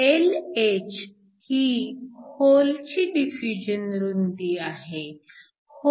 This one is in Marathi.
Lh ही होलची डिफ्युजन रुंदी आहे